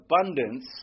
abundance